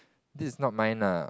this is not mine lah